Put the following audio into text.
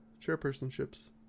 Chairpersonships